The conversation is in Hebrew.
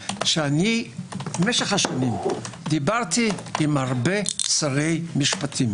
משך שנים דיברתי עם הרבה שרי משפטים.